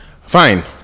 fine